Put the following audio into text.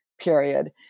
period